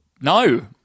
No